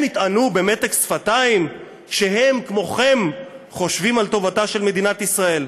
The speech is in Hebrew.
הם יטענו במתק שפתיים שהם כמוכם חושבים על טובתה של מדינת ישראל,